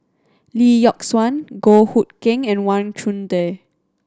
Lee Yock Suan Goh Hood Keng and Wang Chunde